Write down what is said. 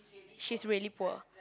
she is really poor